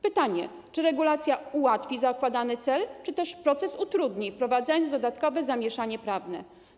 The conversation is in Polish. Pytanie: Czy regulacja ułatwi zakładany cel, czy też proces utrudni, wprowadzając dodatkowe zamieszanie prawne?